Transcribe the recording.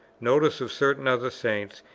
notice of certain other saints,